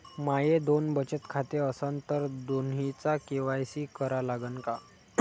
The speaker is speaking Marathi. माये दोन बचत खाते असन तर दोन्हीचा के.वाय.सी करा लागन का?